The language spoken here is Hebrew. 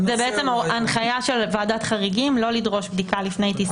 זו הנחיה של ועדת חריגים לא לדרוש בדיקה לפני טיסה